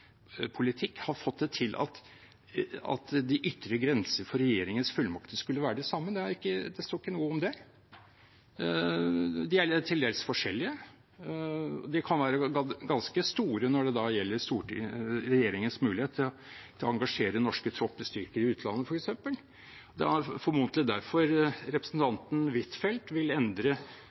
har fått det til at de ytre grenser for regjeringens fullmakter skulle være de samme, så står det ikke noe om det. De er til dels forskjellige. De kan være ganske store når det gjelder regjeringens mulighet til å engasjere norske troppestyrker i utlandet, f.eks. Det er formodentlig derfor representanten Huitfeldt vil endre